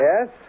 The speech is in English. Yes